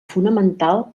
fonamental